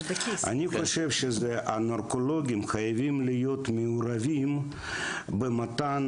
אני חושב שהנרקולוגים חייבים להיות מעורבים במתן